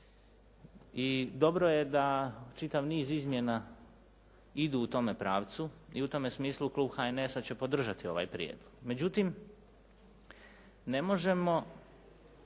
i dobro je da čitav niz izmjena idu u tome pravcu i u tome smislu klub HNS-a će podržati ovaj prijedlog. Međutim, ne možemo